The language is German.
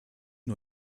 nur